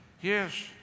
Yes